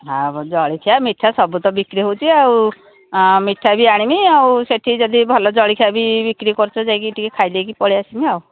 ଆଉ ଜଳିଖିଆ ମିଠା ସବୁ ତ ବିକ୍ରି ହେଉଛି ଆଉ ମିଠା ବି ଆଣମି ଆଉ ସେଠି ଯଦି ଭଲ ଜଳଖିଆ ବି ବିକ୍ରି କରୁଛୁ ଯାଇକି ଟିକେ ଖାଇଦେଇକି ପଳେଇ ଆସମି ଆଉ